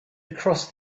across